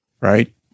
right